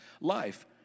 life